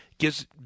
gives